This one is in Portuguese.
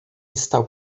está